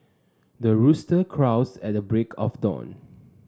the rooster crows at the break of dawn